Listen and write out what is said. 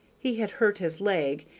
he had hurt his leg,